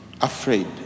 afraid